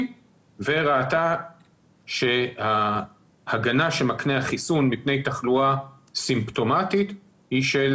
וראתה שההגנה שמקנה החיסון מפני תחלואה סימפטומטית היא של